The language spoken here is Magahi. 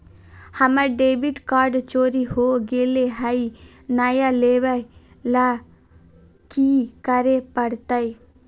हमर डेबिट कार्ड चोरी हो गेले हई, नया लेवे ल की करे पड़तई?